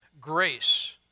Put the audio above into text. Grace